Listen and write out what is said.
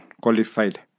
qualified